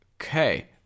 Okay